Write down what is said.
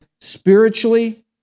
spiritually